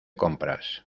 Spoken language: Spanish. compras